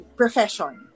profession